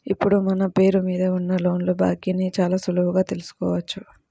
ఇప్పుడు మన పేరు మీద ఉన్న లోన్ల బాకీని చాలా సులువుగా తెల్సుకోవచ్చు